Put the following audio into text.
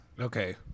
Okay